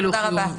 תודה רבה.